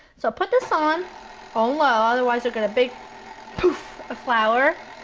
so put this on ah low, otherwise you'll get a big poof of flour,